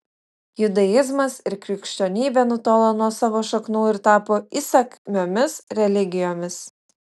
judaizmas ir krikščionybė nutolo nuo savo šaknų ir tapo įsakmiomis religijomis